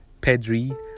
Pedri